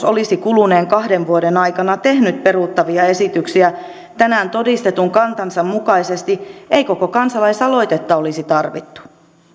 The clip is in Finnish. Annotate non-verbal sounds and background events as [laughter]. [unintelligible] olisi kuluneen kahden vuoden aikana tehnyt peruuttavia esityksiä tänään todistetun kantansa mukaisesti ei koko kansalaisaloitetta olisi tarvittu